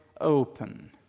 open